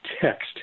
text